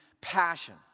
passion